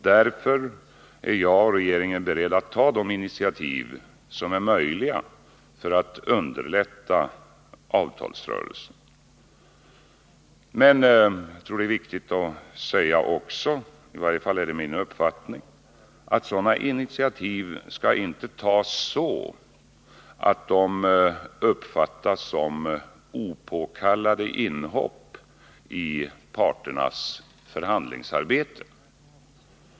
Därför är jag och regeringen beredda att ta de initiativ som är möjliga för att underlätta avtalsrörelsen. Men det är också viktigt att säga — i varje fall är det min uppfattning — att sådana initiativ inte skall tas så, att de uppfattas som opåkallade inhopp i parternas förhandlingsarbete.